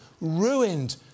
ruined